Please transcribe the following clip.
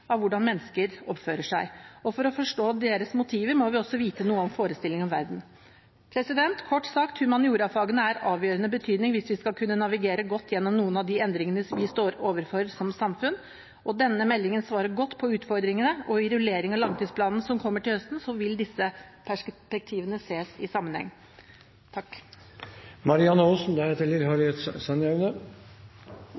av hvordan mennesker oppfører seg. For å forstå deres motiver må vi også vite noe om forestillingene om verden. Kort sagt: Humaniorafagene er av avgjørende betydning hvis vi skal kunne navigere godt gjennom noen av de endringene vi står overfor som samfunn. Denne meldingen svarer godt på utfordringene, og i rulleringen av langtidsplanen, som kommer til høsten, vil disse perspektivene ses i sammenheng. Takk